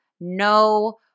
no